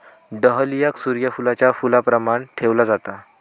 डहलियाक सूर्य फुलाच्या फुलाप्रमाण ठेवला जाता